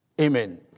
Amen